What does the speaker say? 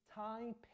time